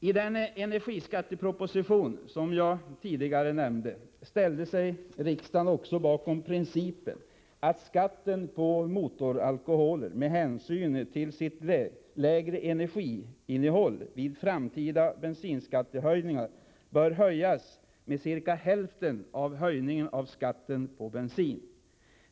I den energiskatteproposition som jag tidigare nämnde ställde sig riksdagen också bakom principen att skatten på motoralkoholer, med hänsyn till sitt lägre energiinnehåll, vid framtida bensinskattehöjningar bör höjas med ca hälften av höjningen av skatten på bensin.